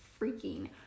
freaking